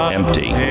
empty